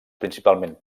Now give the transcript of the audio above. principalment